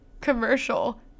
commercial